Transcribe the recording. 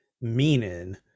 meaning